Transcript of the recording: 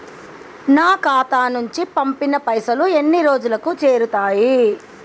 నా ఖాతా నుంచి పంపిన పైసలు ఎన్ని రోజులకు చేరుతయ్?